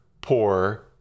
poor